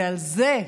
ועל זה,